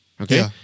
Okay